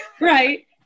right